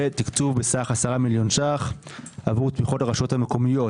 ותקצוב בסך 10 מיליון ₪ עבור תמיכות לרשויות המקומיות